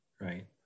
Right